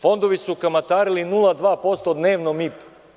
Fondovi su kamatarili 0,2% dnevno MIP.